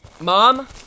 mom